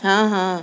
ہاں ہاں